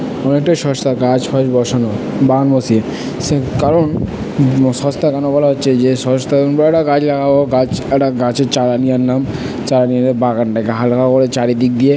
অনেকটাই সস্তা গাছ ফাছ বসানো সে কারণ সস্তা কেন বলা হচ্ছে যে সস্তা গাছ লাগাবো গাছ একটা গাছের চারা নিয়ে আনলাম চারা নিয়ে বাগানটাকে হালকা করে চারিদিক দিয়ে